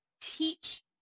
teach